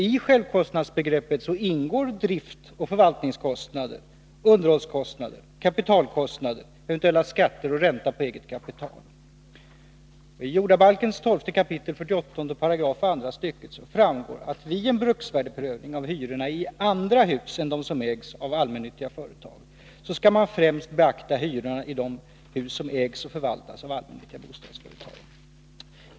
I självkostnadsbegreppet ingår driftoch förvaltningskostnader, underhållskostnader, kapitalkostnader, eventuella skatter och ränta på eget kapital. I 12 kap. 48§ andra stycket jordabalken framgår att man vid en bruksvärdesprövning av hyrorna i andra hus än i de som ägs av allmännyttiga företag främst skall beakta hyrorna i de hus som ägs och förvaltas av allmännyttiga bostadsföretag.